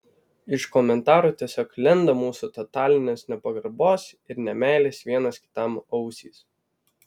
iš komentarų tiesiog lenda mūsų totalinės nepagarbos ir nemeilės vienas kitam ausys